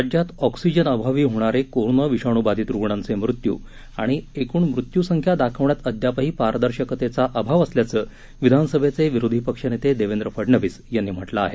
राज्यात ऑक्सिजनअभावी होणारे कोरोना विषाणू बाधित रूग्णांचे मृत्यू आणि एकूण मृत्यूसंख्या दाखवण्यात अद्यापही पारदर्शकतेचा अभाव असल्याचं विधानसभेचे विरोधी पक्षनेते देवेंद्र फडणवीस यांनी म्हटलं आहे